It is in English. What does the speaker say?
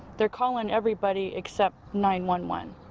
they're calling everybody except nine one one.